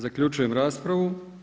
Zaključujem raspravu.